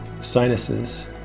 sinuses